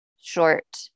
short